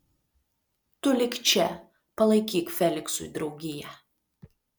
tu lik čia palaikyk feliksui draugiją